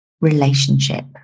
relationship